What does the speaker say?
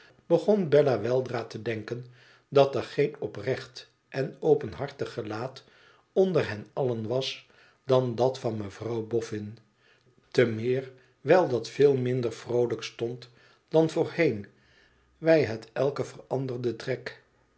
begon bella weldra te denken dat er geen oprecht en openhartig gelaat onder hen allen was dan dat van mevrouw boffin te meer wijl dat veel minder vroolijk stond dan voorheen wij het eiken veranderden trek